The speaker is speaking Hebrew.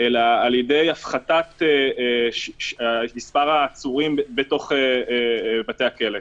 אלא על ידי הפחתת מספר העצורים בתוך בתי הכלא,